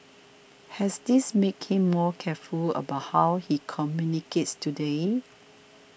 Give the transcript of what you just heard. has this make him more careful about how he communicates today